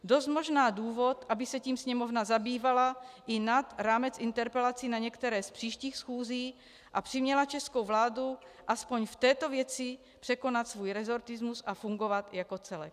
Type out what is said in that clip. Dost možná důvod, aby se tím sněmovna zabývala i nad rámec interpelací na některé z příštích schůzí a přiměla českou vládu aspoň v této věci překonat svůj resortismus a fungovat jako celek.